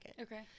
Okay